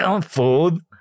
food